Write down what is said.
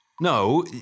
No